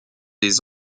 des